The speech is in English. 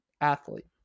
athlete